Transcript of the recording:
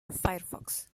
firefox